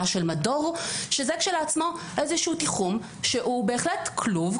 של מדור שזה כשלעצמו איזשהו תיחום שהוא בהחלט כלוב,